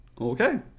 Okay